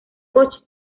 coche